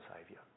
Saviour